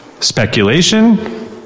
speculation